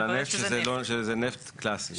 על הנפט, שזה נפט קלאסי.